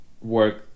work